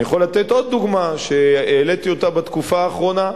אני יכול לתת עוד דוגמה שהעליתי בתקופה האחרונה.